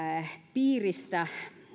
piiristä